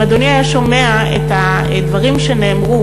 אם אדוני היה שומע את הדברים שנאמרו